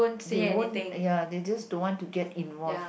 they won't ya they just don't want to get involved